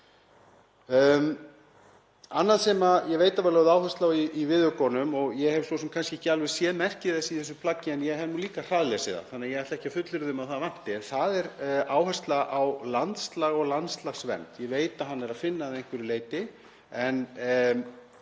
Annað sem ég veit að var lögð áhersla á í viðaukunum og ég hef svo sem ekki alveg séð merki þess í þessu plaggi, en ég hef líka hraðlesið það þannig að ég ætla ekki að fullyrða um að það vanti, er áhersla á landslag og landslagsvernd. Ég veit að hana er að finna að einhverju leyti. Ég